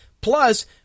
Plus